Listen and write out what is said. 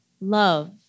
Love